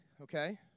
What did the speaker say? okay